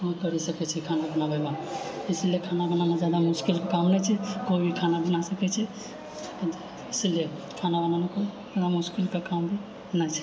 उपयोग करि सकै छै खाना बनाबैमे इसलियै खाना बनाना जादा मुश्किल काम नहि छै कोइ भी खाना बना सकै छै इसिलियै खाना बनाना कोइ बड़ा मुश्किलके काम नहि छै